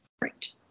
Right